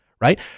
right